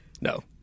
No